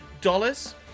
dollars